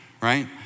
right